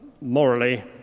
morally